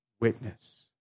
witness